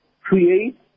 create